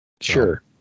Sure